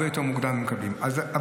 מקבלים בשלב הרבה יותר מוקדם.